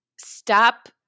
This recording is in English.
stop